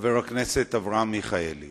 חבר הכנסת אברהם מיכאלי